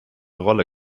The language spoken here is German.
rolle